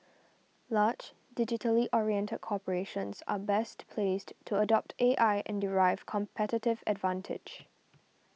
large digitally oriented corporations are best placed to adopt A I and derive competitive advantage